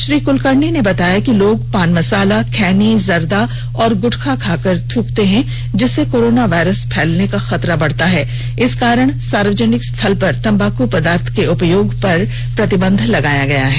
श्री क्लकर्णी ने बताया कि लोग पान मसाला खैनी जर्दा और ग्रटखा खाकर थ्रकते हैं जिससे कोरोना वायरस फैलने का खतरा बढता है इस कारण सार्वजनिक स्थल पर तम्बाकू पदार्थ के उपयोग पर प्रतिबंध लगाया गया है